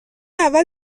اول